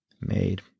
made